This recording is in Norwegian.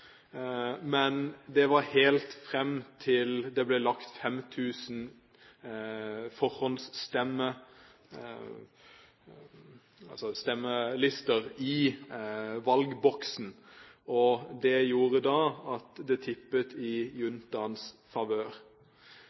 Men det var helt fram til det ble lagt 5 000 forhåndsstemmer i valgboksen. Det gjorde at det tippet i juntaens favør.